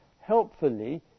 helpfully